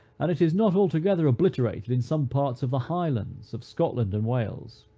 and it is not altogether obliterated in some parts of the highlands of scotland and wales.